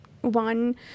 one